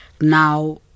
now